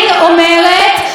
אוקיי.